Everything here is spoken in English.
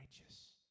righteous